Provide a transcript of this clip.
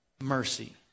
mercy